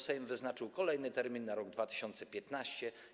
Sejm wyznaczył kolejny termin na rok 2015.